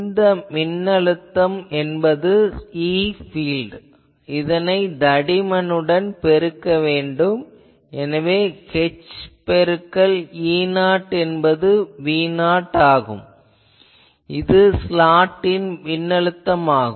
இந்த மின்னழுத்தம் என்பது e பீல்ட் இதனை தடிமனுடன் பெருக்க வேண்டும் எனவே h பெருக்கல் E0 என்பது V0 ஆகும் இது ஸ்லாட்டின் மின்னழுத்தம் ஆகும்